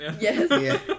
Yes